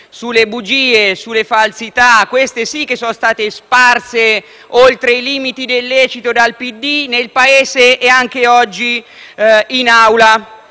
sulle bugie e sulle falsità, queste sì, che sono state sparse oltre i limiti del lecito dal PD nel Paese e anche oggi in Aula.